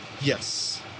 Yes